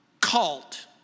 cult